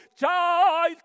child